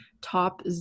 top